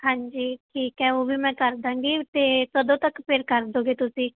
ਹਾਂਜੀ ਠੀਕ ਹੈ ਉਹ ਵੀ ਮੈਂ ਕਰ ਦਾਂਗੀ ਅਤੇ ਕਦੋਂ ਤੱਕ ਫੇਰ ਕਰ ਦਿਓਗੇ ਤੁਸੀਂ